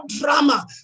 drama